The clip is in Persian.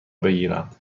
بگیرم